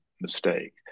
mistake